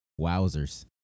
Wowzers